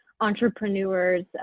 entrepreneur's